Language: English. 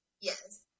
yes